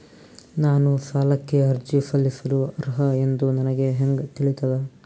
ನಾನು ಸಾಲಕ್ಕೆ ಅರ್ಜಿ ಸಲ್ಲಿಸಲು ಅರ್ಹ ಎಂದು ನನಗೆ ಹೆಂಗ್ ತಿಳಿತದ?